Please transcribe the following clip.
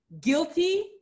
guilty